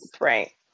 Right